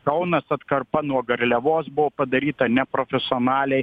kaunas atkarpa nuo garliavos buvo padaryta neprofesionaliai